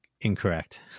incorrect